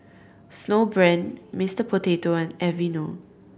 Snowbrand Mister Potato and Aveeno